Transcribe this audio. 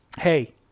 Hey